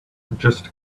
just